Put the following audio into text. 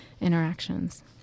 interactions